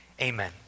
Amen